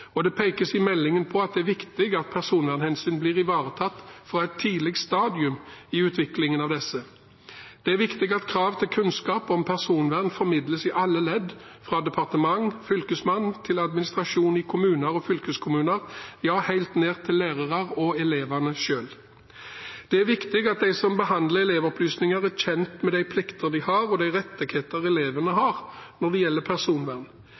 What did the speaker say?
og det pekes i meldingen på at det er viktig at personvernhensyn blir ivaretatt fra et tidlig stadium i utviklingen av disse. Det er viktig at krav til kunnskap om personvern formidles i alle ledd, fra departementene og fylkesmannen til administrasjonen i kommuner og fylkeskommuner, ja helt ned til lærerne og elevene selv. Det er viktig at de som behandler elevopplysninger, er kjent med de plikter de har, og de rettighetene elevene har, når det gjelder personvern.